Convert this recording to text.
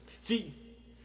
See